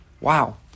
Wow